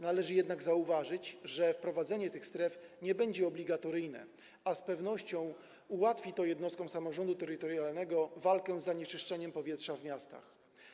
Należy jednak zauważyć, że wprowadzenie tych stref nie będzie obligatoryjne, a z pewnością ułatwi jednostkom samorządu terytorialnego walkę z zanieczyszczeniem powietrza w miastach.